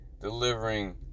delivering